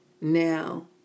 now